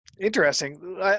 interesting